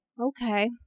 okay